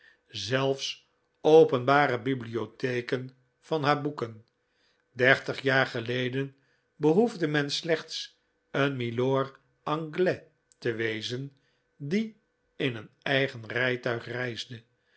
zelfs openbare bibliotheken van haar boeken dertig jaar geleden behoefde men slechts een milor anglais te wezen die in een eigen rijtuig reisde